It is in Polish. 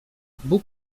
bóg